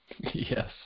Yes